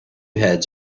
heads